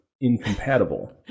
incompatible